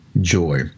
joy